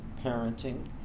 parenting